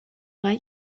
nahi